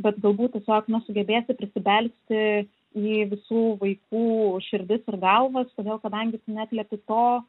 bet galbūt tiesiog nesugebėsi prisibelsti į visų vaikų širdis ir galvas todėl kadangi tu neatliepi to